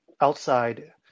outside